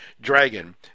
dragon